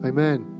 Amen